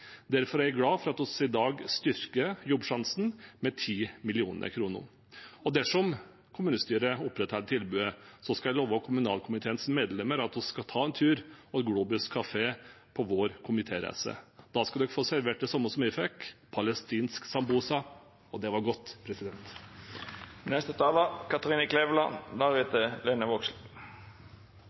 derfor er jeg glad for at vi i dag styrker Jobbsjansen med 10 mill. kr. Dersom kommunestyret opprettholder tilbudet, skal jeg love kommunalkomiteens medlemmer at vi skal ta en tur til Globus kafé på vår komitéreise. Da skal de få servert det samme som jeg fikk, palestinsk sambosa, og det var godt.